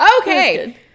Okay